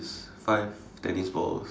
five tennis balls